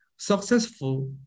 Successful